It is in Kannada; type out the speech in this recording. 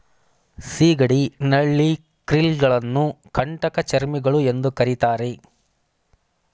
ಸಿಗಡಿ, ನಳ್ಳಿ, ಕ್ರಿಲ್ ಗಳನ್ನು ಕಂಟಕಚರ್ಮಿಗಳು ಎಂದು ಕರಿತಾರೆ